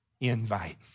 invite